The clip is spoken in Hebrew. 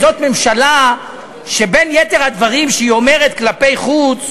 זאת ממשלה שבין יתר הדברים שהיא אומרת כלפי חוץ,